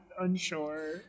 unsure